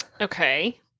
Okay